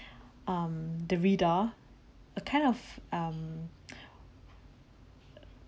um the reader a kind of um